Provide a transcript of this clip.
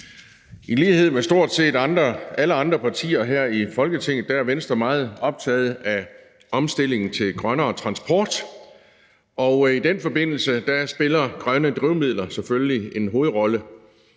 I lighed med stort set alle andre partier her i Folketinget er Venstre meget optaget af omstillingen til grønnere transport, og i den forbindelse spiller grønne drivmidler selvfølgelig en hovedrolle.